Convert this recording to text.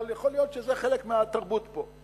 אבל יכול להיות שזה חלק מהתרבות פה.